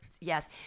yes